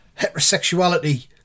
heterosexuality